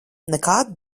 nekādu